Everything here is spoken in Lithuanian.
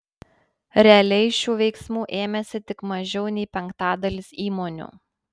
realiai šių veiksmų ėmėsi tik mažiau nei penktadalis įmonių